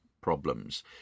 problems